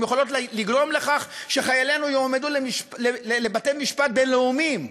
הן יכולות לגרום לכך שחיילינו יעמדו בבתי-משפט בין-לאומיים.